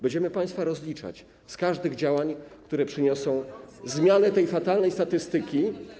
Będziemy państwa rozliczać z każdych działań, które przyniosą zmianę tej fatalnej statystyki.